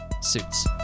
Suits